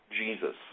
Jesus